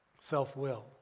self-will